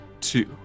two